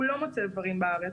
הוא לא מוצא דברים בארץ,